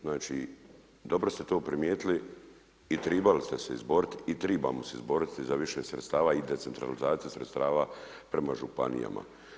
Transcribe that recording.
Znači dobro ste to primijetili i trebali ste se izboriti i trebamo se izboriti za više sredstava i decentralizaciju sredstava prema županijama.